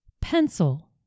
pencil